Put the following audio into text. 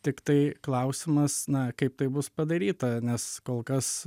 tiktai klausimas na kaip tai bus padaryta nes kol kas